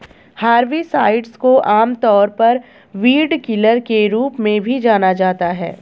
herbicides को आमतौर पर वीडकिलर के रूप में भी जाना जाता है